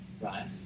right